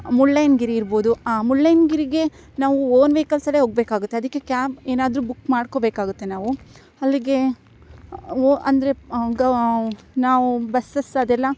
ಮುಳ್ಳಯ್ಯನಗಿರಿ ಇರ್ಬೋದು ಆ ಮುಳ್ಳಯ್ಯನಗಿರಿಗೆ ನಾವು ಓನ್ ವೆಯ್ಕಲ್ಸಲ್ಲೇ ಹೋಗ್ಬೇಕಾಗುತ್ತೆ ಅದಕ್ಕೆ ಕ್ಯಾಬ್ ಏನಾದ್ರೂ ಬುಕ್ ಮಾಡ್ಕೋಬೇಕಾಗುತ್ತೆ ನಾವು ಅಲ್ಲಿಗೆ ಓ ಅಂದರೆ ಗಾಂವ್ ನಾವು ಬಸ್ಸಸ್ ಅದೆಲ್ಲ